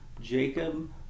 Jacob